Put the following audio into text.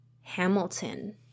Hamilton